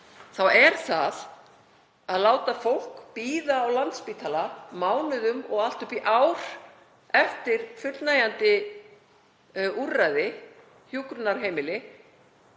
Þegar við látum fólk bíða á Landspítala mánuðum saman og allt upp í ár eftir fullnægjandi úrræði, hjúkrunarheimili,